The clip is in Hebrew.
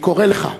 אני קורא לך,